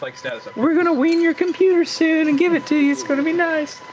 like so so we're gonna wean your computer soon and give it to you, it's gonna be nice.